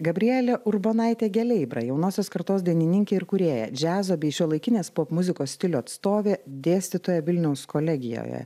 gabrielė urbonaitė geleibra jaunosios kartos dainininkė ir kūrėja džiazo bei šiuolaikinės popmuzikos stilių atstovė dėstytoja vilniaus kolegijoje